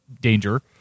danger